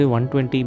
120